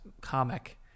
Comic